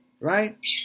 right